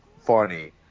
funny